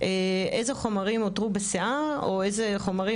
איזה חומרים אותרו בשיער או איזה חומרים